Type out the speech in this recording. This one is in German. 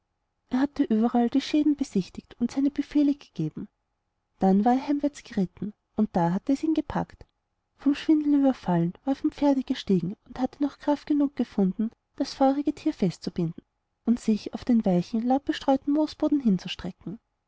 er hatte überall die schäden besichtigt und seine befehle gegeben dann war er heimwärts geritten und da hatte es ihn gepackt vom schwindel überfallen war er vom pferde gestiegen und hatte noch kraft genug gefunden das feurige tier festzubinden und sich auf den weichen laubbestreuten